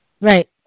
Right